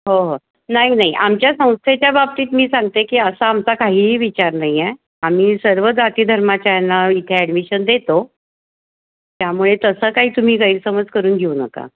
हो हो नाही नाही आमच्या संस्थेच्या बाबतीत मी सांगते की असा आमचा काहीही विचार नाही आहे आम्ही सर्व जाती धर्माच्या यांना इथे ॲडमिशन देतो त्यामुळे तसं काही तुम्ही गैरसमज करून घेऊ नका